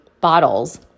bottles